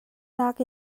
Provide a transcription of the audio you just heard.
nak